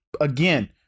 again